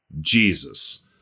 Jesus